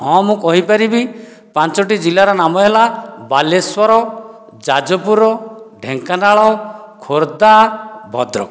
ହଁ ମୁଁ କହିପାରିବି ପାଞ୍ଚଟି ଜିଲ୍ଲାର ନାମ ହେଲା ବାଲେଶ୍ୱର ଯାଜପୁର ଢେଙ୍କାନାଳ ଖୋର୍ଦ୍ଧା ଭଦ୍ରକ